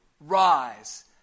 rise